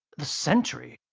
the centry!